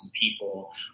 people